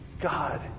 God